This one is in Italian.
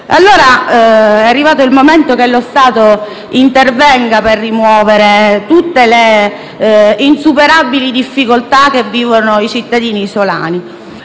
È arrivato il momento che lo Stato intervenga per rimuovere tutte le insuperabili difficoltà che vivono i cittadini isolani.